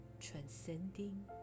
transcending